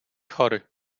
chory